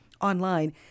online